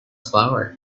flower